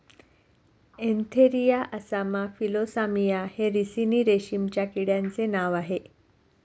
Antheraea असामा फिलोसामिया हे रिसिनी रेशीमच्या किड्यांचे नाव आह